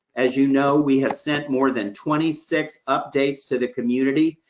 as you know, we have sent more than twenty six updates to the community,